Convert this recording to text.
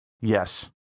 Yes